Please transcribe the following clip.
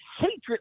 hatred